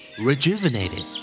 Rejuvenated